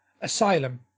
asylum